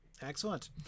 Excellent